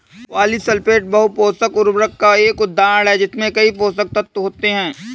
polysulphate बहु पोषक उर्वरक का एक उदाहरण है जिसमें कई पोषक तत्व होते हैं